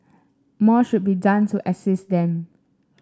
more should be done to assist them